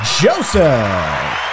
Joseph